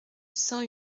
cent